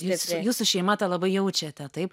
jus jūsų šeima tą labai jaučiate taip